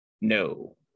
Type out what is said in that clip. no